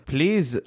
Please